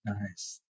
Nice